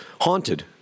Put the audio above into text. haunted